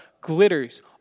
glitters